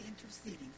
interceding